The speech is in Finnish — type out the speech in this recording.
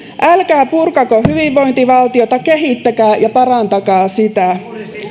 älkää purkako hyvinvointivaltiota kehittäkää ja parantakaa sitä